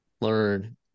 learn